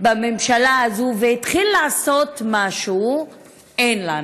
בממשלה הזאת והתחיל לעשות משהו אין לנו.